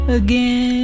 again